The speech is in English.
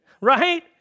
right